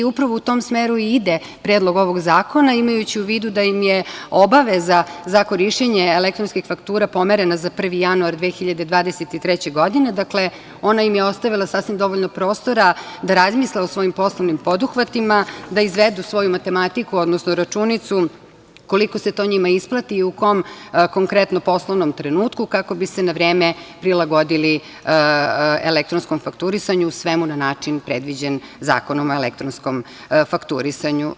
Upravo u tom smeru i ide predlog ovog zakona, imajući u vidu da im je obaveza za korišćenje elektronskih faktura pomerena za 1. januar 2023. godine, dakle, ona im je ostavila sasvim dovoljno prostora da razmisle o svojim poslovnim poduhvatima, da izvedu svoju matematiku, odnosno računicu koliko se to njima isplati i u kom konkretno poslovnom trenutku, kako bi se na vreme prilagodili elektronskom fakturisanju u svemu na način predviđen Zakonom o elektronskom fakturisanju.